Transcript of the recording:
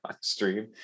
stream